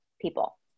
people